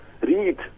read